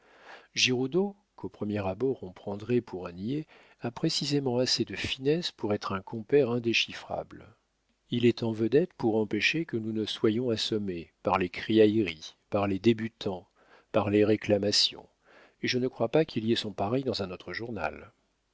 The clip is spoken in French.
giroudeau qu'au premier abord on prendrait pour un niais a précisément assez de finesse pour être un compère indéchiffrable il est en vedette pour empêcher que nous ne soyons assommés par les criailleries par les débutants par les réclamations et je ne crois pas qu'il y ait son pareil dans un autre journal